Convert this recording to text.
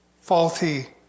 faulty